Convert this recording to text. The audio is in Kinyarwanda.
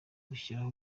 gushyiraho